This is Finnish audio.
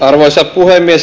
arvoisa puhemies